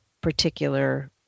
particular